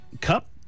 cup